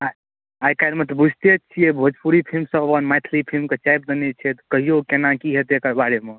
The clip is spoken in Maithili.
आओर आइकाल्हिमे तऽ बुझिते छिए भोजपुरी फिलिम तऽ मैथिली फिलिमके चापि देने छथि कहिऔ कोना कि हेतै एकर बारेमे